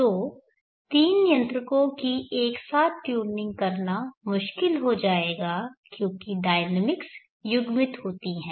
तो 3 नियंत्रकों की एक साथ ट्यूनिंग करना मुश्किल हो जाएगा क्योंकि डायनेमिक्स युग्मित होती है